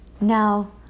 Now